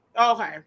Okay